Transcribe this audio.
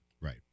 Right